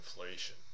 inflation